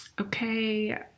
Okay